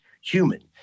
human